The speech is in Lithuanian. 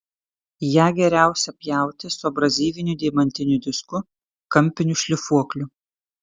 ją geriausia pjauti su abrazyviniu deimantiniu disku kampiniu šlifuokliu